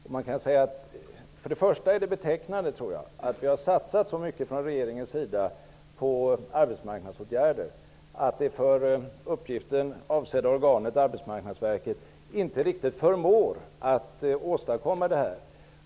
Det är betecknande att vi från regeringens sida har satsat så mycket på arbetsmarknadsåtgäder att det för uppgiften avsedda organet Arbetsmarknadsverket inte riktigt förmår att åstadkomma åtgärderna.